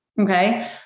okay